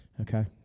Okay